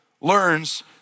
learns